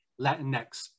Latinx